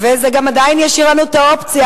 וזה גם עדיין ישאיר לנו את האופציה